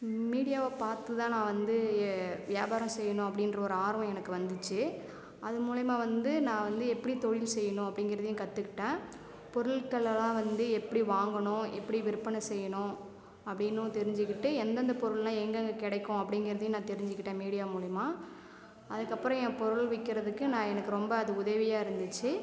மீடியாவை பார்த்துதான் நான் வந்து வியாபாரம் செய்யணும் அப்படின்ற ஒரு ஆர்வம் எனக்கு வந்துச்சு அது மூலியமா வந்து நான் வந்து எப்படி தொழில் செய்யணும் அப்படிங்கிறதையும் கத்துக்கிட்டேன் பொருட்கள்லாம் வந்து எப்படி வாங்கணும் எப்படி விற்பனை செய்யணும் அப்படின்னும் தெரிஞ்சுக்கிட்டு எந்தெந்த பொருள்லாம் எங்கெங்க கிடைக்கும் அப்படிங்கிறதையும் நான் தெரிஞ்சுக்கிட்டேன் மீடியா மூலியமா அதுக்கப்புறம் என் பொருள் விக்கிறதுக்கு நான் எனக்கு ரொம்ப அது உதவியாக இருந்துச்சு